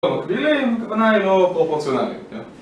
תודה רבה לכם, ונהיינו על פרצונליקטיה.